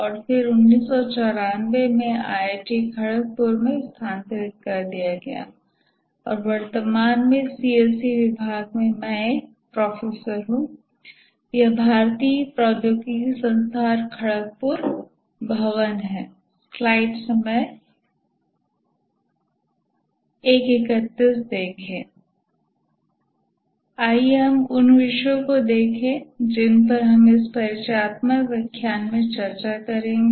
और फिर 1994 में आईआईटी खड़गपुर में स्थानांतरित कर दिया गया और वर्तमान में सीएसई विभाग में एक प्रोफेसर हूं यह भारतीय प्रौद्योगिकी संस्थान खड़गपुर भवन है आइए हम उन विषयों को देखें जिन पर हम इस परिचयात्मक व्याख्यान में चर्चा करेंगे